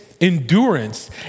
Endurance